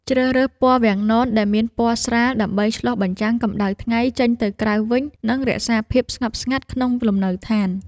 ជ្រើសរើសពណ៌វាំងននដែលមានពណ៌ស្រាលដើម្បីឆ្លុះបញ្ចាំងកម្តៅថ្ងៃចេញទៅក្រៅវិញនិងរក្សាភាពស្ងប់ស្ងាត់ក្នុងលំនៅឋាន។